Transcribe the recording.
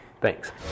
Thanks